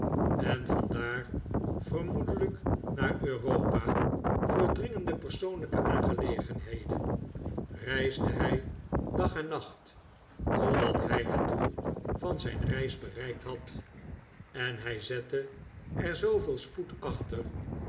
en van daar vermoedelijk naar europa voor dringende persoonlijke aangelegenheden reisde hij dag en nacht totdat hij het doel van zijn reis bereikt had en hij zette er zooveel spoed achter